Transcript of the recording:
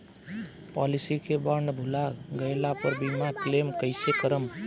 Policy के bond भुला गैला पर बीमा क्लेम कईसे करम?